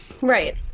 right